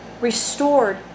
restored